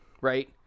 right